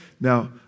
Now